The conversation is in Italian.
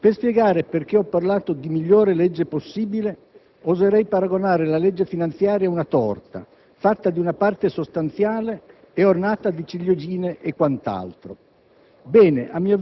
Per spiegare perché ho parlato di migliore legge possibile oserei paragonare la legge finanziaria ad una torta, fatta di una parte sostanziale e poi ornata di ciliegine e quant'altro.